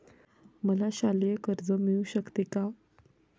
मला शालेय कर्ज मिळू शकते का?